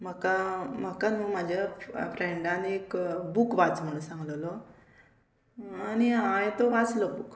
म्हाका म्हाका न्हू म्हाज्या फ्रेंडान एक बूक वाच म्हणून सांगलेलो आनी हांवें तो वाचलो बूक